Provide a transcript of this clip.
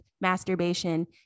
masturbation